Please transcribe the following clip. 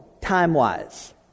time-wise